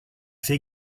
fait